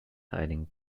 hiding